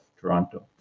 Toronto